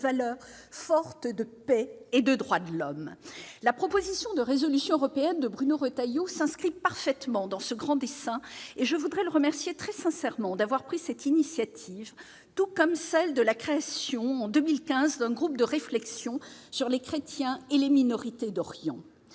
la proposition de résolution européenne de Bruno Retailleau, s'inscrit parfaitement dans ce grand dessein et je voudrais le remercier très sincèrement d'avoir pris cette initiative, tout comme celle de la création, en 2015, d'un groupe de réflexion sur les chrétiens et les minorités d'Orient,